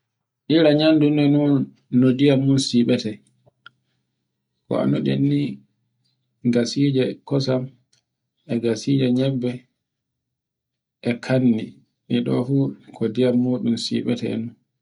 Ira nyandu ndu no ndiyam mun siɓate. Ko annduɗen ni gasije kosan, e gasije nyebbe, e kanni, do fu ko ndiyam mudun siɓote